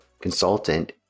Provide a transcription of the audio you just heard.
consultant